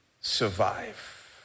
survive